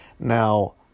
Now